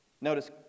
notice